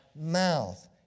mouth